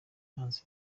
manzi